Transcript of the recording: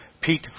Pete